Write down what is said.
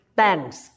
thanks